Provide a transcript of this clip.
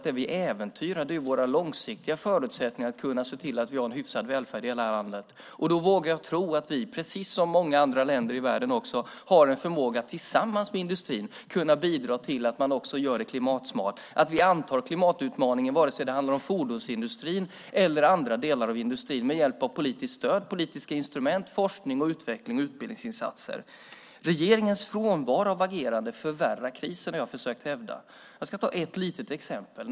Det vi äventyrar är nämligen våra långsiktiga förutsättningar att kunna se till att vi har en hyfsad välfärd i landet. Därför vågar jag tro att vi, precis som många andra länder i världen, tillsammans med industrin har en förmåga att bidra till att vi också gör det klimatsmart, att vi med hjälp av politiskt stöd, politiska instrument, forskning, utveckling och utbildningsinsatser antar klimatutmaningen antingen det handlar om fordonsindustrin eller andra delar av industrin. Jag har försökt hävda att regeringens brist på agerande förvärrar krisen. Jag ska ge ett litet exempel.